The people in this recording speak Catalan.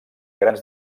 grans